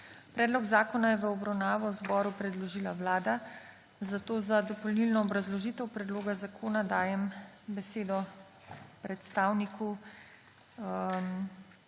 Predlog zakona je v obravnavo zboru predložila vlada. Za dopolnilno obrazložitev predloga zakona dajem besedo predstavnici